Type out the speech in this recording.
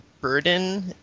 burden